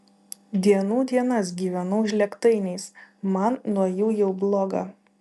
dienų dienas gyvenau žlėgtainiais man nuo jų jau bloga